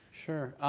sure.